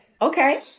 Okay